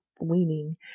weaning